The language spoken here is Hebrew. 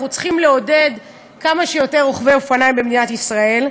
ואנחנו צריכים לעודד כמה שיותר רוכבי אופניים במדינת ישראל,